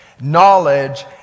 knowledge